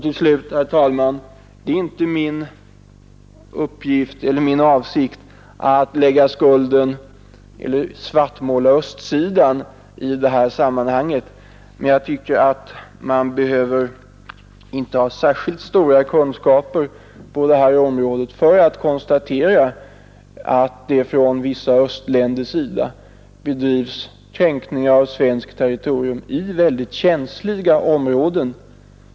Till slut, herr talman, vill jag säga, att det inte är min avsikt att svartmåla östsidan i detta sammanhang, men jag tycker att man inte behöver ha särskilt stora kunskaper på detta område för att konstatera att vissa östländer gjort kränkningar av svenskt territorium i mycket känsliga områden.